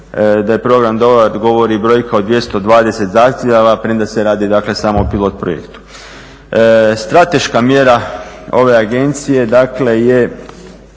Da je program dobar govori i brojka od 220 zahtjeva, premda se radi dakle samo o pilot projektu. Strateška mjera ove agencije